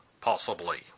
Possibly